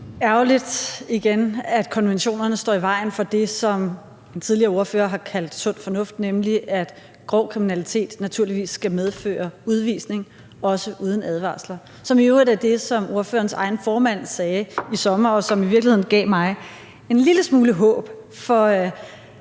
Ærgerligt igen, at konventionerne står i vejen for det, som den tidligere ordfører har kaldt sund fornuft, nemlig at grov kriminalitet naturligvis skal medføre udvisning, også uden advarsler. Det er i øvrigt det, som ordførerens egen formand sagde i sommer, og som i virkeligheden gav mig en lille smule håb for